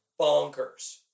bonkers